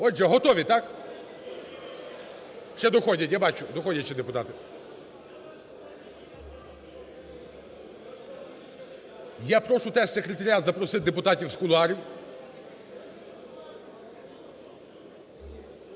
Отже, готові, так? Ще доходять, я бачу, доходять ще депутати. Я прошу теж секретаріат запросити депутатів з кулуарів.